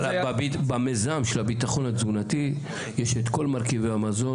במיזם של הביטחון התזונתי יש את כל מרכיבי המזון,